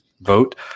vote